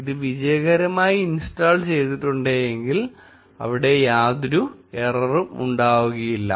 ഇത് വിജയകരമായി ഇൻസ്റ്റാൾ ചെയ്തിട്ടുണ്ടെങ്കിൽ അവിടെ യാതൊരു എററും ഉണ്ടാവുകയില്ല